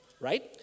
right